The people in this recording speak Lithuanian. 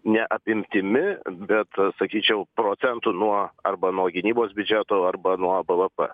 ne apimtimi bet sakyčiau procentu nuo nuo arba nuo gynybos biudžeto arba nuo b v p